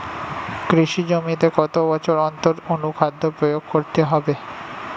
কৃষি জমিতে কত বছর অন্তর অনুখাদ্য প্রয়োগ করতে হবে?